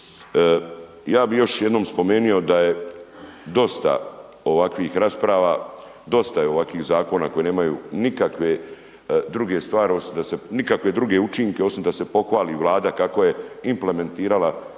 Ja bi još jednom spomenio da je dosta ovakvih rasprava, dosta je ovakvih zakona koji nemaju nikakve druge stvari osim da se, nikakve druge učinke